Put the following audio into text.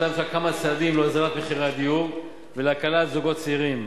נקטה הממשלה כמה צעדים להוזלת מחירי הדיור ולהקלה על זוגות צעירים.